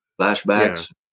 flashbacks